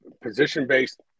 position-based